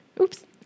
Oops